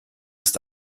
ist